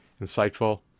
insightful